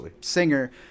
singer